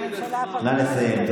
בממשלה הפריטטית הראשונה, נא לסיים.